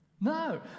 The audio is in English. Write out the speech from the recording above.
No